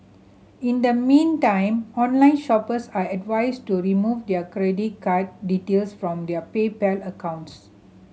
in the meantime online shoppers are advised to remove their credit card details from their PayPal accounts